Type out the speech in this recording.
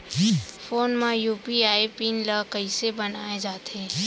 Phone म UPI PIN ल कइसे बनाये जाथे?